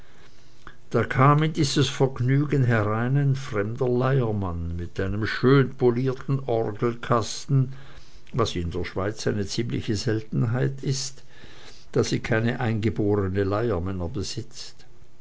da kam in dies vergnügen herein ein fremder leiermann mit einem schön polierten orgelkasten was in der schweiz eine ziemliche seltenheit ist da sie keine eingeborene leiermänner besitzt